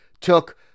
took